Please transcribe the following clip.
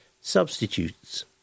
Substitutes